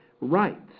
rights